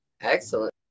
Excellent